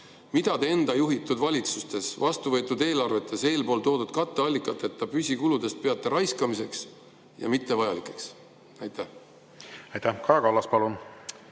mida te enda juhitud valitsustes vastuvõetud eelarvetes eelpool toodud katteallikateta püsikuludest peate raiskamiseks ja mittevajalikeks? Aitäh! Kaja Kallas, palun!